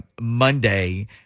Monday